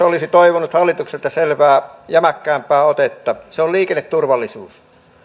olisi toivonut hallitukselta selvää jämäkämpää otetta se on liikenneturvallisuus